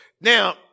Now